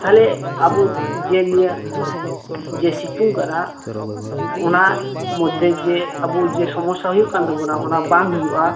ᱛᱟᱦᱚᱞᱮ ᱟᱵᱚ ᱡᱮ ᱱᱤᱭᱟᱹ ᱡᱮ ᱥᱤᱛᱩᱝ ᱠᱟᱱᱟ ᱚᱱᱟ ᱢᱚᱫᱽᱫᱷᱮ ᱡᱮ ᱟᱵᱚ ᱡᱮ ᱥᱚᱢᱚᱥᱥᱟ ᱦᱩᱭᱩᱜ ᱠᱟᱱ ᱛᱟᱵᱚᱱᱟ ᱚᱱᱟ ᱵᱟᱝ ᱦᱩᱭᱩᱜᱼᱟ